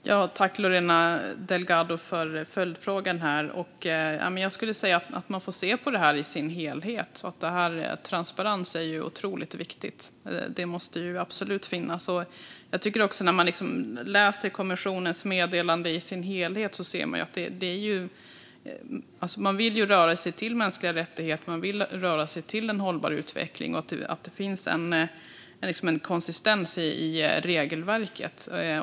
Fru talman! Tack, Lorena Delgado Varas, för följdfrågan! Jag skulle säga att man får se på det här i sin helhet. Transparens är ju otroligt viktigt och måste absolut finnas. När jag läser kommissionens meddelande i sin helhet tycker jag mig också se att man vill röra sig till mänskliga rättigheter och till en hållbar utveckling. Det är liksom något konsekvent i regelverket.